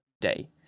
day